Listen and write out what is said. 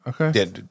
Okay